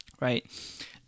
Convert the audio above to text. right